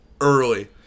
early